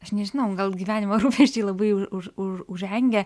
aš nežinau gal gyvenimo rūpesčiai labai už už užengę